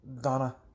Donna